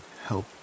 help